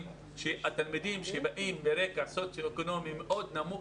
שהתלמידים שבאים מרקע סוציו אקונומי מאוד נמוך,